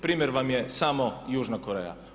Primjer vam je samo južna Koreja.